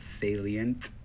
salient